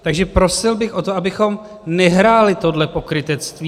Takže prosil bych o to, abychom nehráli tohle pokrytectví.